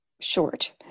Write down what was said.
short